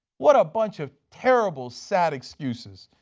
what a bunch of terrible, sad excuses.